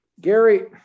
Gary